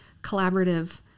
collaborative